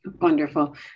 Wonderful